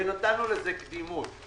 ונתנו לזה קדימות.